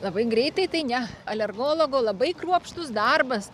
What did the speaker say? labai greitai tai ne alergologo labai kruopštus darbas